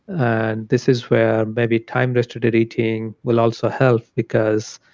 and this is where maybe time restricted eating will also help because